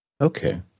okay